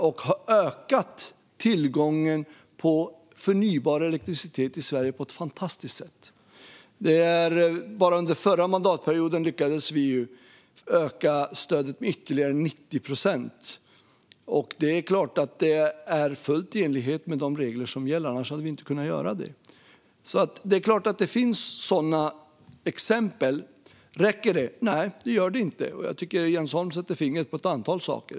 Det har ökat tillgången på förnybar elektricitet i Sverige på ett fantastiskt sätt. Bara under förra mandatperioden lyckades vi öka stödet med ytterligare 90 procent. Det är klart att det är fullt i enlighet med de regler som gäller, annars hade vi inte kunnat göra det. Det finns alltså sådana exempel. Räcker det? Nej, det gör det inte. Jag tycker att Jens Holm sätter fingret på ett antal saker.